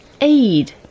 aid